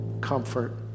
comfort